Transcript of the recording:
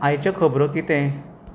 आयच्यो खबरो कितें